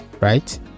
right